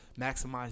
maximize